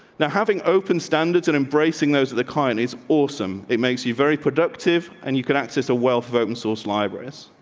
now, having open standards and embracing those of the kind is awesome. it makes you very productive, and you can access a wealth of open source libraries.